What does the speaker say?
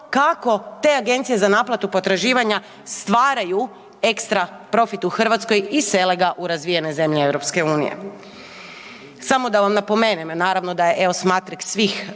kako te agencije za naplatu potraživanja stvaraju ekstra profit u Hrvatskoj i sele ga u razvijene zemlje EU. Samo da vam napomenem naravno da je EOS Matrix svih,